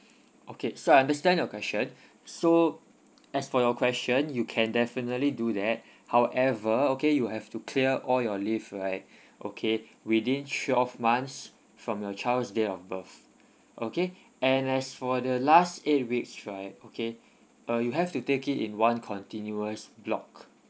okay so I understand your question so as for your question you can definitely do that however okay you have to clear all your leave right okay within twelve months from your child's date of birth okay and as for the last eight weeks right okay uh you have to take it in one continuous block